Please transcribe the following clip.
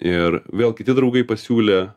ir vėl kiti draugai pasiūlė